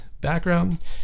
background